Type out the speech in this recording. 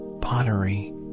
pottery